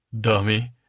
Dummy